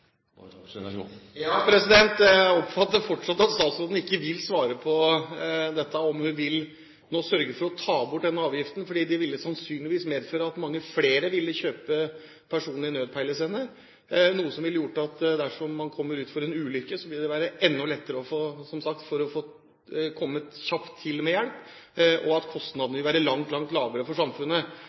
Jeg oppfatter at statsråden fortsatt ikke vil svare på om hun nå vil sørge for å ta bort denne avgiften. Det ville sannsynligvis medføre at mange flere ville kjøpe personlig nødpeilesender, noe som ville ført til at dersom man kommer ut for en ulykke, ville det, som sagt, være enda lettere å komme kjapt til med hjelp, og kostnadene ville vært langt, langt lavere for samfunnet.